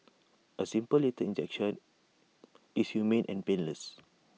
A simple lethal injection is humane and painless